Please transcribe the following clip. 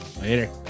Later